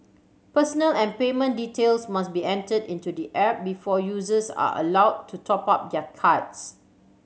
personal and payment details must be entered into the app before users are allowed to top up their cards